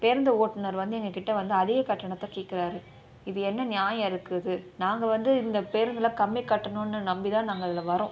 பேருந்து ஓட்டுநர் வந்து எங்கக்கிட்டே வந்து அதிக கட்டணத்தை கேக்கிறாரு இது என்ன நியாயம் இருக்குது நாங்கள் வந்து இந்த பேருந்தில் கம்மி கட்டணம்னு நம்பி தான் நாங்கள் இதில் வர்றோம்